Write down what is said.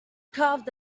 carved